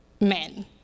men